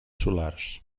solars